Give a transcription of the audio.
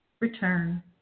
return